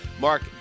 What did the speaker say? Mark